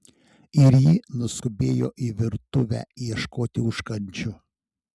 ir ji nuskubėjo į virtuvę ieškoti užkandžių